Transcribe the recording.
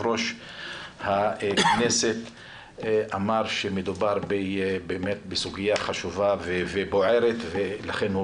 ראש הכנסת אמר שמדובר באמת בסוגיה חשובה ובוערת ולכן הוא